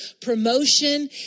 promotion